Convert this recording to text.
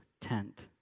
tent